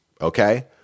okay